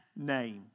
name